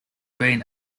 being